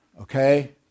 Okay